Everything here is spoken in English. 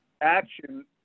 action